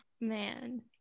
man